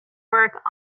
work